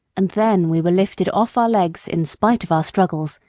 and then we were lifted off our legs in spite of our struggles,